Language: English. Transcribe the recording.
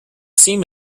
seam